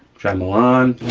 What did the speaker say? dremel on,